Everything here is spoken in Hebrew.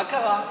מה קרה?